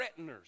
threateners